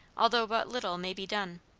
although but little may be done.